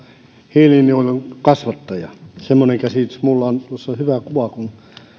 hiilinielun kasvattaja semmoinen käsitys minulla on tuossa on hyvä kuva kun